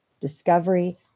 discovery